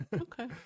okay